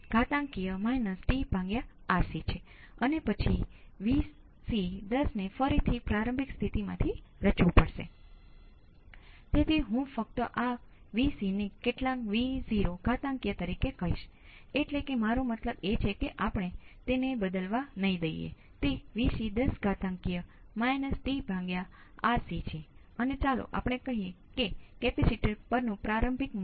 હવે એવું માનવામાં આવે છે કે કેટલીક પ્રારંભિક સ્થિતિમાં સામાન્ય રીતે પ્રારંભિક સ્થિતિ કેપેસિટરને નંબર આપવામાં આવે છે તેનો અર્થ એ છે કે સામાન્ય રીતે આ સ્ટેપ લાગુ થાય તે પહેલાના કેપેસિટર પરના વોલ્ટેજ છે તે જ આપવામાં આવે છે